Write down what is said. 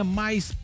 mais